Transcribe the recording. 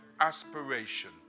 aspiration